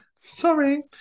Sorry